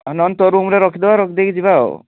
ନହଲେ ତ ରୁମ୍ରେ ରଖିଦେବା ରଖିଦେଇକି ଯିବା ଆଉ